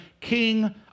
king